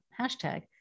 hashtag